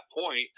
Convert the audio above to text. point